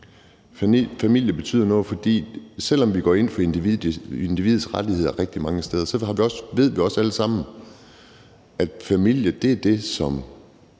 Familie betyder noget, fordi selv om vi går ind for individets rettigheder rigtig mange steder, ved vi også alle sammen, at familie er det, som